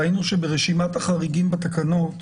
ראינו שברשימת החריגים בתקנות